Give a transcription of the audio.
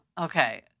Okay